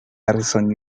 harrison